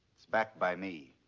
it's backed by me.